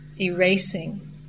erasing